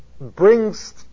brings